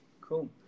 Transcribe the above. cool